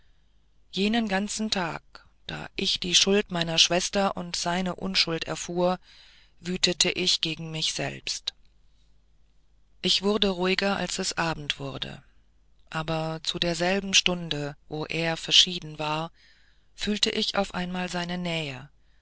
jenen ganzen tag da ich die schuld meiner schwester und seine unschuld erfuhr wütete ich gegen mich selbst ich wurde ruhiger als es abend wurde aber zu derselben stunde wo er verschieden war fühlte ich auf einmal seine nähe